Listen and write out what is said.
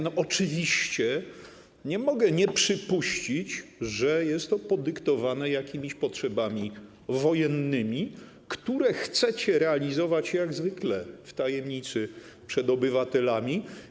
No oczywiście nie mogę nie przypuścić, że jest to podyktowane jakimiś potrzebami wojennymi, które chcecie realizować jak zwykle w tajemnicy przed obywatelami.